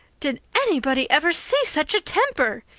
did anybody ever see such a temper!